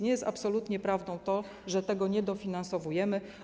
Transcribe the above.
Nie jest absolutnie prawdą to, że tego nie dofinansowujemy.